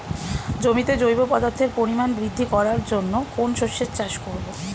জমিতে জৈব পদার্থের পরিমাণ বৃদ্ধি করার জন্য কোন শস্যের চাষ করবো?